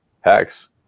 Hex